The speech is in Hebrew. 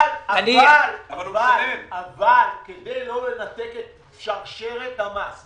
אבל כדי לא לנתק את שרשרת המס,